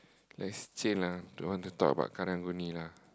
let's change lah don't want to talk about Karang-Guni lah